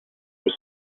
was